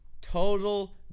total